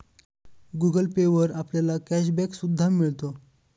Google Pay वर आपल्याला cash back सुद्धा मिळतो